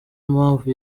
impamvu